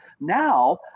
Now